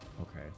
Okay